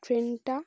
ট্রেনটা